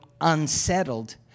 unsettled